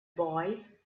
boy